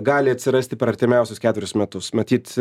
gali atsirasti per artimiausius ketverius metus matyt